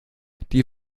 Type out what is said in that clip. die